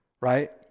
right